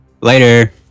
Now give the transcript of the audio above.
Later